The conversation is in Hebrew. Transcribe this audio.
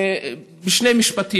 בשני משפטים.